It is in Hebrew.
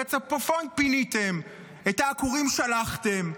את הצפון פיניתם, את העקורים שלחתם.